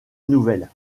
nouvelle